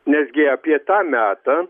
netgi apie tą metą